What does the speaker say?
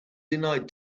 denied